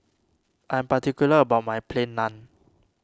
I am particular about my Plain Naan